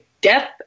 death